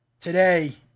Today